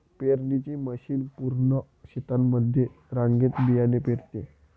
पेरणीची मशीन पूर्ण शेतामध्ये रांगेत बियाणे पेरते